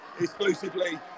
exclusively